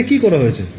এটা কী করা হয়েছে